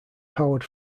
powered